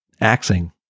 axing